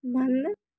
बंद